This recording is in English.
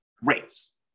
rates